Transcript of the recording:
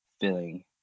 feeling